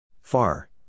Far